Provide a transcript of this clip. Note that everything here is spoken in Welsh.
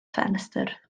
ffenestr